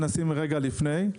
מנסה רגע לפני.